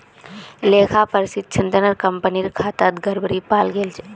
लेखा परीक्षणत कंपनीर खातात गड़बड़ी पाल गेल छ